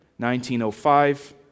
1905